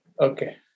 Okay